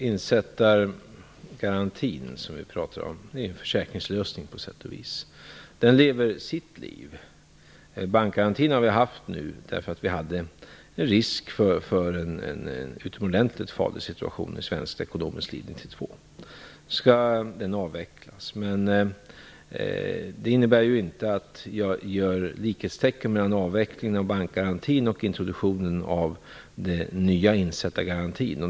Fru talman! Insättargarantin är en försäkringslösning. Den lever sitt liv. Vi har haft bankgarantin eftersom vi riskerade en utomordentligt farlig situation i svensk ekonomiskt liv 1992. Jag sätter inte likhetstecken mellan avveckling av bankgarantin och introduktionen av den nya insättargarantin.